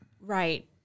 right